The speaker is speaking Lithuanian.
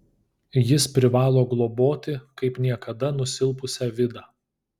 jis privalo globoti kaip niekada nusilpusią vidą